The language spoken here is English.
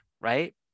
right